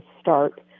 start